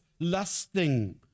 lusting